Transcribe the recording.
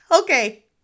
Okay